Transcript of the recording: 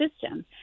system